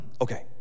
okay